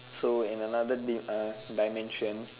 so in another di uh dimension